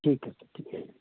ਠੀਕ ਹੈ ਸਰ ਠੀਕ ਹੈ